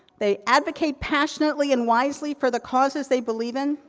they advocate passionately and wisely for the causes they believe in.